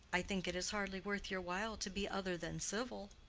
i think it is hardly worth your while to be other than civil.